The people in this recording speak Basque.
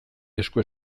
esku